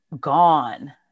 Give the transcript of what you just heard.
gone